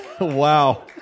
Wow